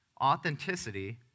Authenticity